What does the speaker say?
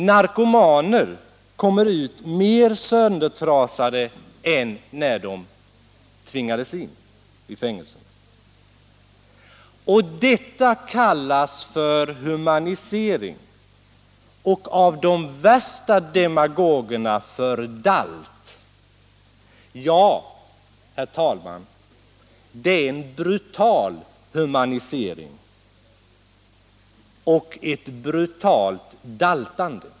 Narkomaner kommer ut mer söndertrasade än när de tvingades in i fängelserna. Detta kallas för humanisering - och av de värsta demagogerna för dalt! Ja, herr talman, det är en brutal humanisering och ett brutalt daltande!